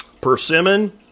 persimmon